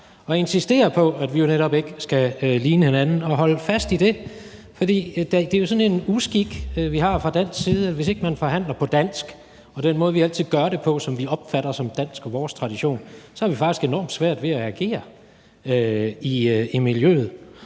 ret og insisterer på, at vi jo netop ikke skal ligne hinanden og holder fast i det. Det er jo sådan en uskik, vi har fra dansk side, at hvis ikke man forhandler på dansk og den måde, vi altid gør det på, som vi opfatter som dansk og vores tradition, har vi faktisk enormt svært ved at agere i miljøet.